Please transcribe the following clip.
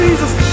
Jesus